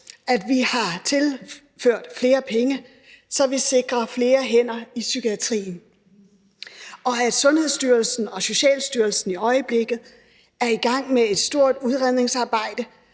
at vi har tilført flere penge, så vi sikrer flere hænder i psykiatrien, og at Sundhedsstyrelsen og Socialstyrelsen i øjeblikket er i gang med et stort udredningsarbejde